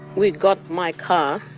we got my car,